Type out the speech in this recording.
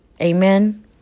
Amen